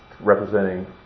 representing